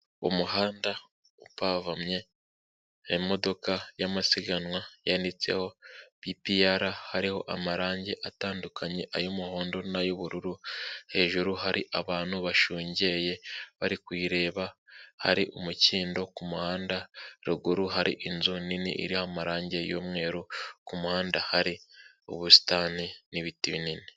Umuhanda upavumye imodoka y'amasiganwa yanditseho bipiyara hariho amarange atandukanye ay'umuhondo n'ay'ubururu, hejuru hari abantu bashungeye bari kuyireba hari umukindo ku muhanda ruguru hari inzu nini iriho amarange y'umweru ku muhanda hari ubusitani n'ibiti binini.